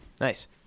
Nice